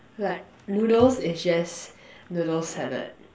like noodles is just noodles salad